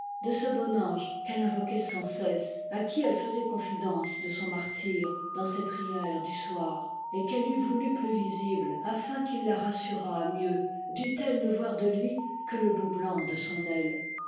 de ce bon ange qu'elle invoquait sans cesse à qui elle faisait confidence de son martyre dans ses prières du soir et qu'elle eût voulu plus visible afin qu'il la rassurât mieux dût-elle ne voir de lui que le bout blanc de son aile